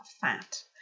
fat